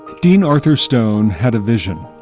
dean arthur stone had a vision.